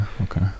okay